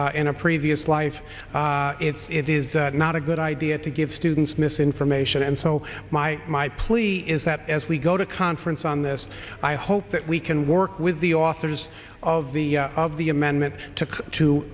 in a previous life if it is not a good idea to give students misinformation and so my my plea is that as we go to conference on this i hope that we can work with the authors of the of the amendment to to